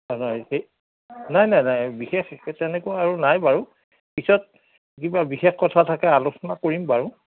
হয় নেকি নাই নাই নাই বিশেষ তেনেকুৱা আৰু নাই বাৰু পিছত কিবা বিশেষ কথা থাকে আলোচনা কৰিম বাৰু